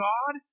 God